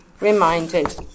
reminded